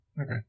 Okay